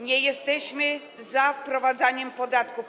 Nie jesteśmy za wprowadzaniem podatków.